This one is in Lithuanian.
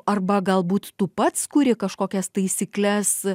arba galbūt tu pats kūri kažkokias taisykles